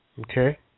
Okay